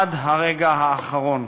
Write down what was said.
עד הרגע האחרון.